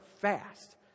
fast